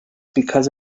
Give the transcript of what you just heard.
because